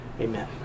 Amen